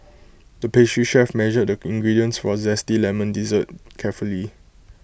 the pastry chef measured the ingredients for A Zesty Lemon Dessert carefully